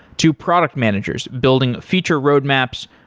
to product managers building feature roadmaps,